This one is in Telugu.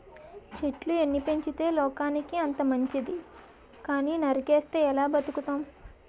చెట్లు ఎన్ని పెంచితే లోకానికి అంత మంచితి కానీ నరికిస్తే ఎలా బతుకుతాం?